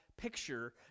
Picture